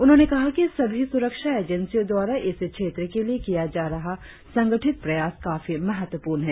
उन्होंने कहा कि सभी सुरक्षा एजेंसियों द्वारा इस क्षेत्र के लिए किया जा रहा संगठित प्रयास काफी महत्वपूर्ण है